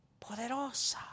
poderosa